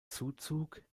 zuzug